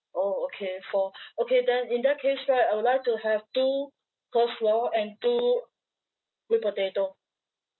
orh okay four okay then in that case then I would like to have two coleslaw and two whipped potato